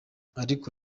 ariko